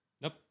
Nope